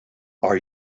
are